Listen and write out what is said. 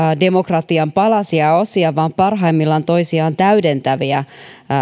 demokratian palasia ja osia vaan parhaimmillaan toisiaan täydentäviä